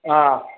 ആ